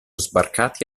sbarcati